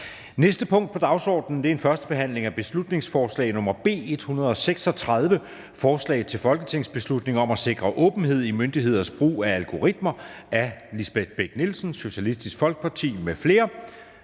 næste punkt på dagsordenen er: 2) 1. behandling af beslutningsforslag nr. B 136: Forslag til folketingsbeslutning om at sikre åbenhed i myndigheders brug af algoritmer. Af Lisbeth Bech-Nielsen (SF) m.fl.